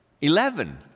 Eleven